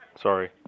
Sorry